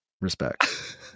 respect